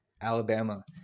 alabama